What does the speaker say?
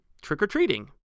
trick-or-treating